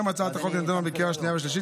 בטרם הצעת החוק התקבלה בקריאה שנייה ושלישית,